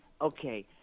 okay